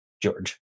George